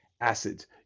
acids